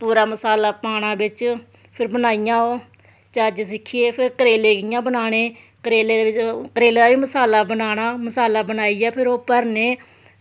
पूरा मसाला पाना बिच फिर पाइयां ओह् चज्ज सिक्खियै फिर करेले इं'या बनाने करेले ते करेले दा बी मसाला बनाना मसाला बनाइयै फिर ओह् भरने